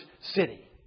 city